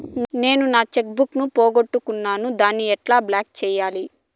నేను నా cheque book ను పోగొట్టుకున్నాను దాన్ని ఎట్లా బ్లాక్ సేయాలి?